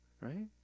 right